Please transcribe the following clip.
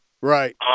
Right